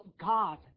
God